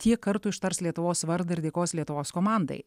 tiek kartų ištars lietuvos vardą ir dėkos lietuvos komandai